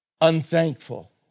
unthankful